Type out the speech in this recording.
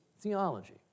theology